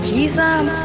Jesus